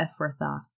Ephrathah